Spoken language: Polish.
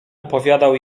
opowiadał